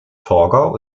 torgau